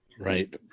Right